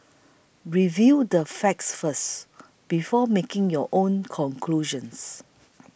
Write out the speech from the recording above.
review the facts first before making your own conclusions